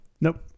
Nope